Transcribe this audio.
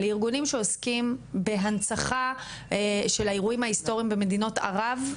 לארגונים שעוסקים בהנצחה של האירועים ההיסטוריים במדינות ערב?